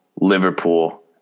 Liverpool